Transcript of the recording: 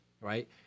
right